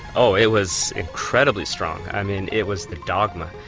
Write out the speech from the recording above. oh it was incredibly strong i mean it was the dogma.